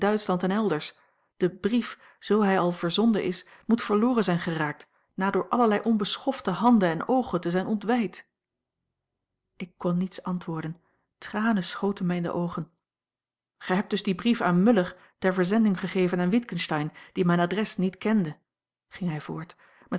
duitschland en elders die brief zoo hij àl verzonden is moet verloren zijn geraakt na door allerlei onbeschofte handen en oogen te zijn ontwijd ik kon niets antwoorden tranen schoten mij in de oogen gij hebt dus dien brief aan muller ter verzending gegeven aan witgensteyn die mijn adres niet kende ging hij voort